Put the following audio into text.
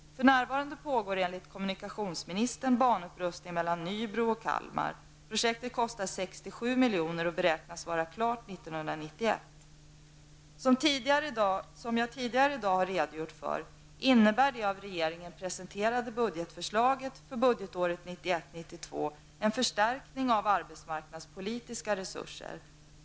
För närvarande pågår enligt kommunikationsministern banupprustning mellan Nybro och Kalmar. Projektet kostar 67 milj.kr. och beräknas vara klart 1991. Som jag tidigare i dag har redogjort för innebär det av regeringen presenterade budgetförslaget för budgetåret 1991/92 en förstärkning av de arbetsmarknadspolitiska resurserna.